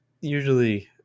Usually